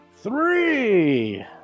three